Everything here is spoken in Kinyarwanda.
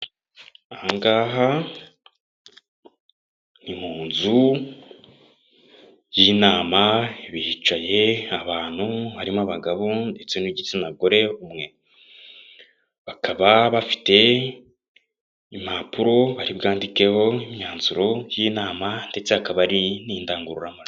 Aha ngaha ni mu nzu y'inama bicaye abantu harimo abagabo ndetse n'igitsina gore umwe, bakaba bafite impapuro baribwandikeho imyanzuro y'inama ndetse hakaba hari n'indangururamajwi.